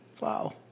Wow